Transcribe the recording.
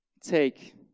take